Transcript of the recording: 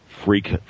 freak